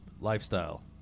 lifestyle